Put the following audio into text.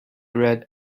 red